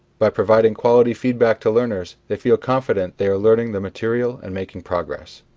by providing quality feedback to learners, they feel confident they are learning the material and making progress.